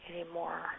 anymore